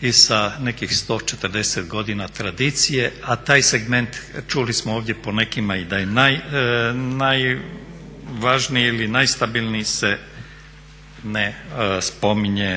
i sa nekih 140 godina tradicije. A taj segment čuli smo ovdje po nekima i da je najvažniji ili najstabilniji i on se ne spominje